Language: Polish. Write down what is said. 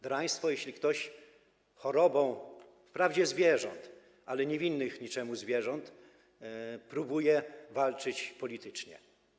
Draństwo, jeśli ktoś chorobą, wprawdzie zwierząt, ale niewinnych niczemu zwierząt, próbuje walczyć politycznie.